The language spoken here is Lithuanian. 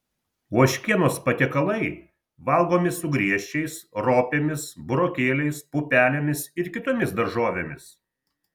ožkienos patiekalai valgomi su griežčiais ropėmis burokėliais pupelėmis ir kitomis daržovėmis